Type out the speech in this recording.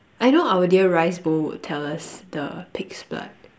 I know our dear rice bowl would tell us the pig's blood